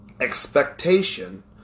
expectation